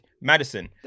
madison